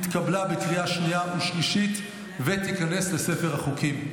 התקבלה בקריאה שנייה ושלישית, ותיכנס לספר החוקים.